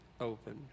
open